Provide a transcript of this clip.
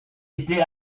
été